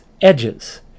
edges